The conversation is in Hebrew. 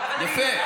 אני מאוד גאה, יפה.